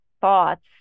thoughts